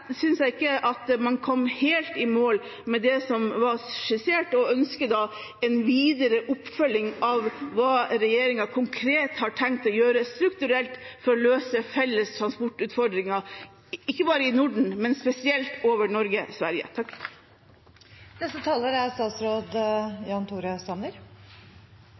synes jeg ikke at man kom helt i mål med det som var skissert, og jeg ønsker en videre oppfølging av hva regjeringen konkret har tenkt å gjøre strukturelt for å løse felles transportutfordringer, ikke bare i Norden, men spesielt når det gjelder Norge og Sverige.